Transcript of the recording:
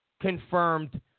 confirmed